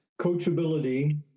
coachability